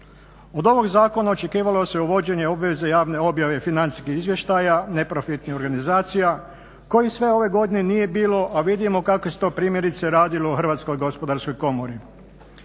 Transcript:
Od ovog zakona očekivalo se uvođenje obveze javne objave financijskih izvještaja neprofitnih organizacija koji sve ove godine nije bilo, a vidimo kako se to primjerice radilo u Hrvatskoj gospodarskoj komori.